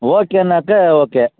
Hogenakkal okay